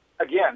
again